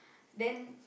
then